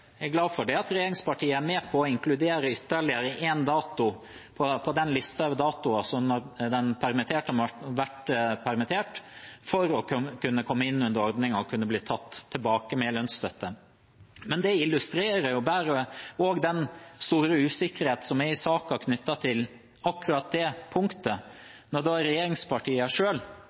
er med på å inkludere ytterligere en dato på den listen over datoer som den permitterte må ha vært permittert for å kunne komme inn under ordningen og kunne bli tatt tilbake med lønnsstøtte. Men det illustrerer den store usikkerheten som er i saken knyttet til akkurat det punktet, når